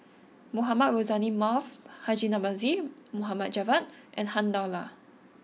Mohamed Rozani Maarof Haji Namazie Mohd Javad and Han Lao Da